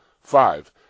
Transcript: Five